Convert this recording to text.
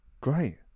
great